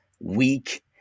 weak